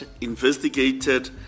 investigated